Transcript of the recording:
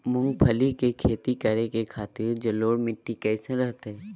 मूंगफली के खेती करें के खातिर जलोढ़ मिट्टी कईसन रहतय?